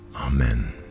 amen